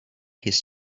his